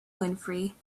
winfrey